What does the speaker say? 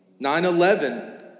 9-11